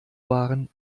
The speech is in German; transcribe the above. waren